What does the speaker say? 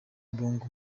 bongo